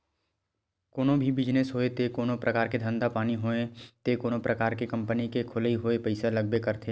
कोनो भी बिजनेस होय ते कोनो परकार के धंधा पानी होय ते कोनो परकार के कंपनी के खोलई होय पइसा लागबे करथे